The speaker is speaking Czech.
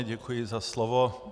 Děkuji za slovo.